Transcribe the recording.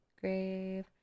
grave